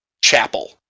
chapel